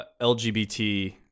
LGBT